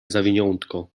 zawiniątko